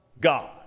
God